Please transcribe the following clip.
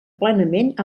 plenament